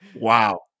Wow